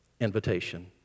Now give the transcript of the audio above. invitation